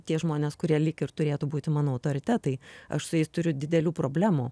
tie žmonės kurie lyg ir turėtų būti mano autoritetai aš su jais turiu didelių problemų